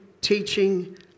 teaching